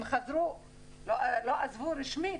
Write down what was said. הם לא עזבו רשמית,